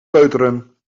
peuteren